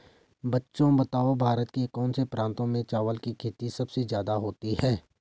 बच्चों बताओ भारत के कौन से प्रांतों में चावल की खेती सबसे ज्यादा होती है?